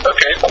Okay